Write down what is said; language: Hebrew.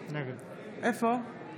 נגד אורית מלכה